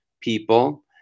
people